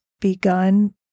begun